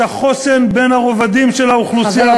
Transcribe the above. את החוסן בין הרבדים של האוכלוסייה,